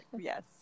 yes